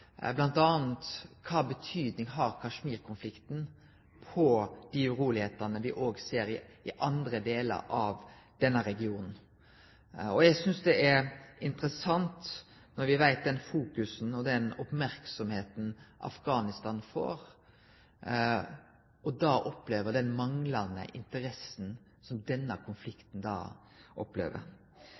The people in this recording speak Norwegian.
kva betyding Kashmir-konflikten har for urolegheitene me òg ser i andre delar av denne regionen. Eg synest det er interessant, når me veit om det fokuset og den merksemda Afghanistan får, å sjå den manglande interessa som denne konflikten